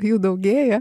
jų daugėja